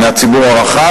מהציבור הרחב,